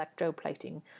electroplating